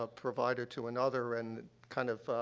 ah provider to another and kind of, ah,